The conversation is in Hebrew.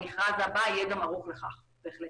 המכרז הבא יהיה ערוך לכך בהחלט.